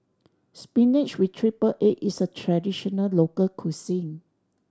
spinach with triple egg is a traditional local cuisine